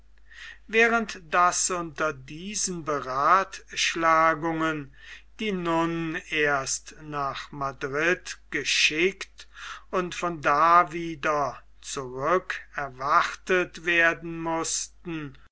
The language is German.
während daß unter diesen beratschlagungen die nun erst nach madrid geschickt und von da wieder zurück erwartet werden mußten